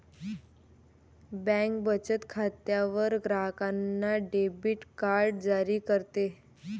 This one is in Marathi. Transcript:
बँक बचत खात्यावर ग्राहकांना डेबिट कार्ड जारी करते